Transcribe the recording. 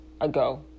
ago